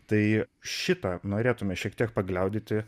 tai šitą norėtume šiek tiek pagliaudyti